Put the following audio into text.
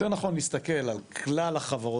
אני חושב שיותר נכון להסתכל על כלל החברות